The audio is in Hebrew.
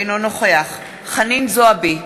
אינו נוכח חנין זועבי,